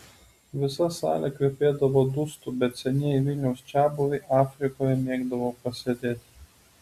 visa salė kvepėdavo dustu bet senieji vilniaus čiabuviai afrikoje mėgdavo pasėdėti